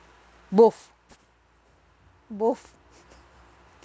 both both